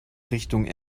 richtung